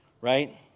right